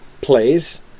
plays